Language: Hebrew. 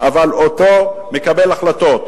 אבל אותו מקבל החלטות,